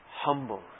Humble